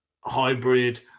hybrid